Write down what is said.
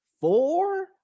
four